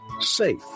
safe